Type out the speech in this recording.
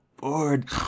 bored